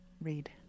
read